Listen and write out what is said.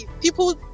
people